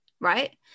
right